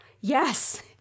yes